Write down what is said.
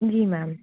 ਜੀ ਮੈਮ